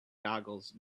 goggles